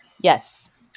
Yes